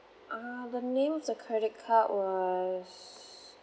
uh the name of the credit card was